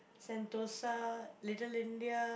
Sentosa Little-India